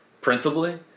principally